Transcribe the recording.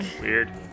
Weird